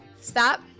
stop